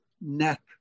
neck